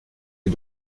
est